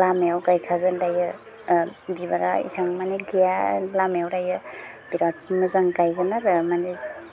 लामायाव गायखागोन दायो बिबारा एसां माने गैया लामायाव दायो बिराथ मोजां गायगोन आरो माने